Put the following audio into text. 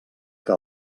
que